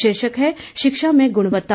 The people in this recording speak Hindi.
शीर्षक है शिक्षा में गुणवत्ता